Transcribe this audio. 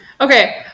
Okay